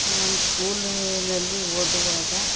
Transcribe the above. ನಾನು ಸ್ಕೂಲಿನಲ್ಲಿ ಓದುವಾಗ